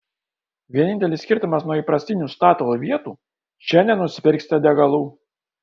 vienintelis skirtumas nuo įprastinių statoil vietų čia nenusipirksite degalų